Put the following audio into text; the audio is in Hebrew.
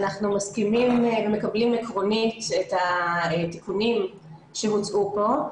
אנחנו מסכימים ומקבלים עקרונית את התיקונים שהוצעו פה.